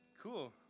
Cool